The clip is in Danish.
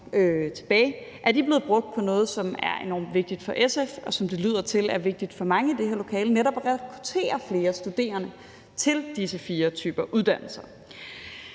blevet brugt på noget, som er enormt vigtigt for SF, og som det lader til er vigtigt for mange i det her lokale, nemlig at rekruttere flere studerende til disse fire typer uddannelser.